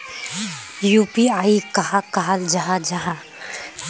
UPI कहाक कहाल जाहा जाहा?